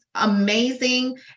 amazing